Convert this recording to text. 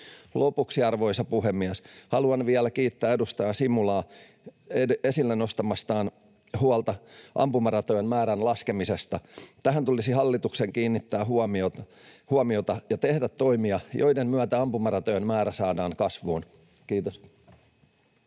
Lopuksi, arvoisa puhemies: Haluan vielä kiittää edustaja Simulaa esille nostamastaan huolesta ampumaratojen määrän laskemisesta. Tähän tulisi hallituksen kiinnittää huomiota ja tehdä toimia, joiden myötä ampumaratojen määrä saadaan kasvuun. — Kiitos.